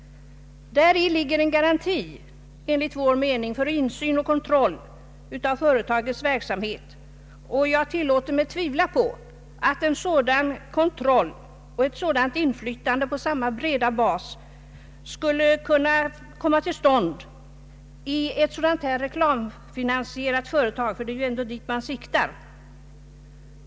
Däri ligger enligt vår mening en garanti för insyn och kontroll av företagets verksamhet. Jag tillåter mig tviv la på att en sådan kontroll och ett sådant inflytande på samma breda bas skulle kunna komma till stånd i ett reklamfinansierat företag; det är ju ändå dit man siktar.